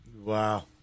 Wow